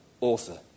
author